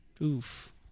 Oof